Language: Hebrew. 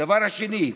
דבר שני,